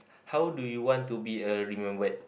how do you want to be uh remembered